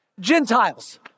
Gentiles